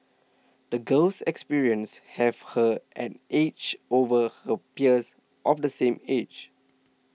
the girl's experiences have her an edge over her peers of the same age